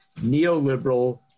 neoliberal